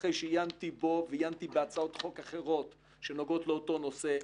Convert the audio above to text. אחרי שעיינתי בו ועיינתי בהצעות חוק אחרות שנוגעות לאותו נושא,